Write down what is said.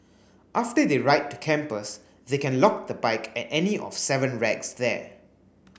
after they ride to campus they can lock the bike at any of seven racks there